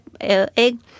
egg